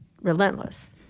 relentless